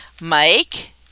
Mike